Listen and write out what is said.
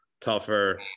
tougher